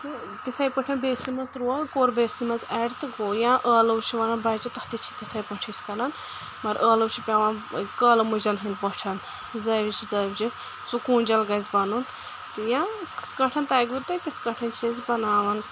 تٕہ تِتھَے پٲٹھۍ بیسنہِ منٛز ترووٚ کوٚر بیسنہِ منٛز ایٚڈ تہٕ گوٚو یا ٲلوٕ چھِ وَنان بَچہِ تَتھ تہِ چھِ تِتھےٚ پٲٹھۍ أسۍ کَران مگر ٲلو چھِ پؠوان قٲلہٕ مٔجَن ہٕنٛدۍ پۄٹھَٮ۪ن زٲوِج زٲوِجہِ ژُ کوٗنٛجَل گَژھِ بَنُن یا کِتھ کٲنٛٹھۍ تَگۍ وٕ تۄہہِ تِتھ کٲنٛٹھۍ چھِ أسۍ بَناوان